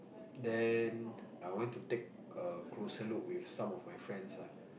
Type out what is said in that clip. then I went to take a closer look with some of my friends ah